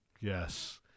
Yes